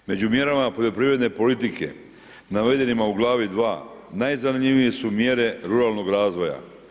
Među mjerama poljoprivredne politike navedenima u Glavi 2., najzanimljivije su mjere ruralnog razvoja.